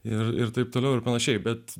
ir ir taip toliau ir panašiai bet